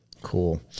Cool